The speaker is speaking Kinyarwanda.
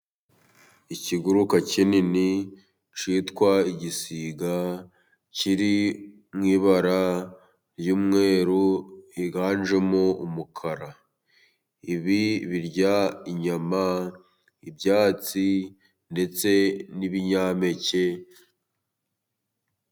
Ikiguruka kinini cyitwa igisiga kiri mu ibara ry'umweru higanjemo umukara. ibi birya inyama ,ibyatsi ndetse n'ibinyampeke...